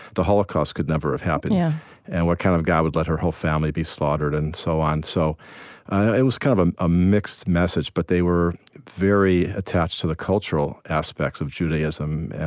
the holocaust could never have happened, yeah and what kind of god would let her whole family be slaughtered, and so on. so it was kind of ah a mixed message. but they were very attached to the cultural aspect of judaism,